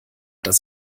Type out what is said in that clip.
dass